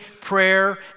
prayer